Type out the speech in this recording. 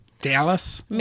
Dallas